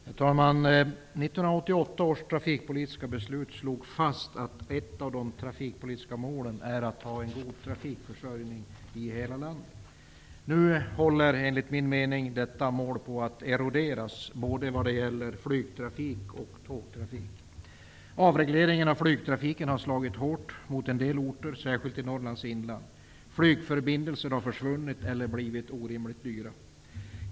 Herr talman! 1988 års trafikpolitiska beslut slog fast att ett av de trafikpolitiska målen är att ha en god trafikförsörjning i hela landet. Nu håller detta mål, enligt min mening, på att eroderas både vad gäller flygtrafik och tågtrafik. Avreglering av flygtrafiken har slagit hårt mot en del orter, särskilt i Norrlands inland. Flygförbindelser har försvunnit eller blivit orimligt dyra.